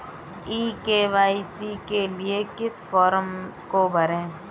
ई KYC के लिए किस फ्रॉम को भरें?